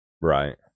Right